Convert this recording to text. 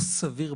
לא רק זה.